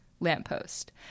lamppost